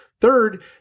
Third